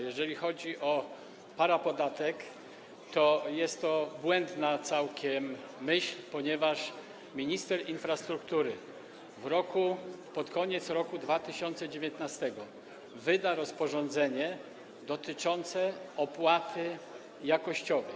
Jeżeli chodzi o parapodatek, to jest to całkiem błędna myśl, ponieważ minister infrastruktury pod koniec roku 2019 wyda rozporządzenie dotyczące opłaty jakościowej.